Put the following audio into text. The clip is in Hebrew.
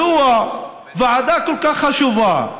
ועדה כל כך חשובה,